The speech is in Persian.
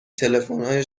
تلفنهای